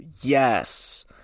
yes